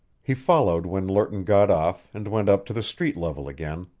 he followed when lerton got off and went up to the street level again,